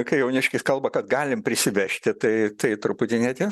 kai jauniškis kalba kad galim prisivežti tai tai truputį netie